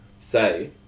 say